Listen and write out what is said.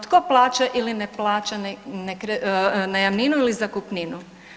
Tko plaća ili ne plaća najamninu ili zakupninu?